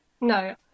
No